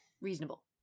Reasonable